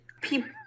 people